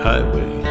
Highway